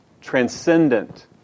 transcendent